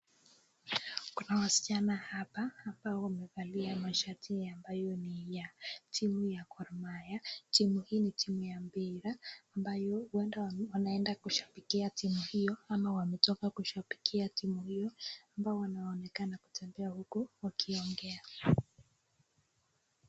Kuna wasichana hapa ambao wamevaa mashati ambayo ni ya timu ya Gor Mahia. Timu hii ni timu ya mpira, ambayo huenda wanaenda kushabikia timu hiyo ama wametoka kushabikia timu hiyo, ambao wanaonekana kutembea huku wakiongea.